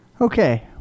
Okay